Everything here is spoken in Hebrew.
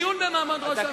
זה דיון במעמד ראש הממשלה.